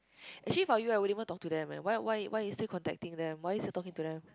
actually for you I won't even talk to them eh why why why you still contacting them why you still talking to them